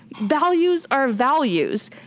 values are values.